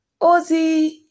ozzy